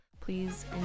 Please